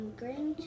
green